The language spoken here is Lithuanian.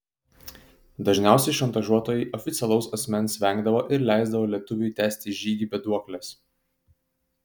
dažniausiai šantažuotojai oficialaus asmens vengdavo ir leisdavo lietuviui tęsti žygį be duoklės